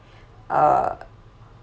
uh